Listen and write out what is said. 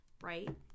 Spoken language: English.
Right